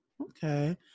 Okay